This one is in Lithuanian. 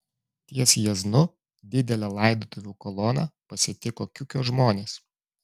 ties jieznu didelę laidotuvių koloną pasitiko kiukio žmonės